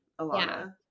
Alana